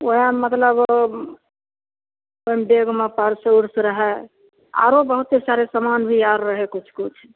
ओएह मतलब ओहि बेगमे पर्स उर्स रहए आरो बहुत्ते सारे सामान भी आओर रहे किछु किछु